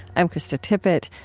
i'm krista tippett.